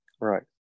Right